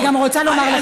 אני גם רוצה לומר לך.